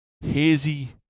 hazy